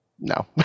no